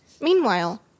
Meanwhile